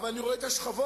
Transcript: אבל אני רואה את השכבות